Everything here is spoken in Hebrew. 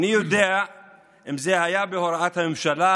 איני יודע אם זה היה בהוראה הממשלה,